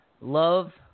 love